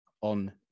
on